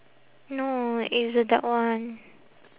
no it's the that one